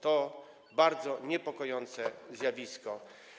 To bardzo niepokojące zjawisko.